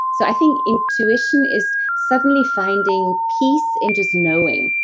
so i think intuition is suddenly finding peace and just knowing.